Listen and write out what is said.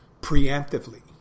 preemptively